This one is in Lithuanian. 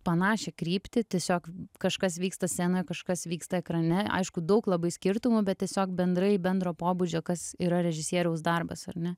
panašią kryptį tiesiog kažkas vyksta scenoj kažkas vyksta ekrane aišku daug labai skirtumų bet tiesiog bendrai bendro pobūdžio kas yra režisieriaus darbas ar ne